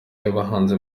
yabahanzi